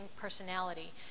personality